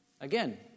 Again